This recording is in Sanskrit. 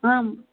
आम्